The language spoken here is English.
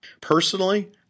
Personally